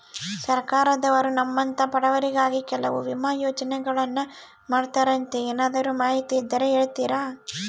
ಸರ್ಕಾರದವರು ನಮ್ಮಂಥ ಬಡವರಿಗಾಗಿ ಕೆಲವು ವಿಮಾ ಯೋಜನೆಗಳನ್ನ ಮಾಡ್ತಾರಂತೆ ಏನಾದರೂ ಮಾಹಿತಿ ಇದ್ದರೆ ಹೇಳ್ತೇರಾ?